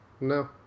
No